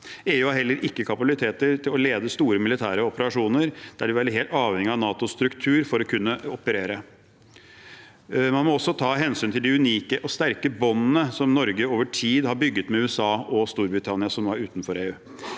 EU har heller ikke kapabiliteter til å lede store militære operasjoner. Der vil de være helt avhengige av NATOs struktur for å kunne operere. Man må også ta hensyn til de unike og sterke båndene som Norge over tid har bygd med USA og Storbritannia, som nå er utenfor EU.